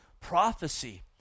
prophecy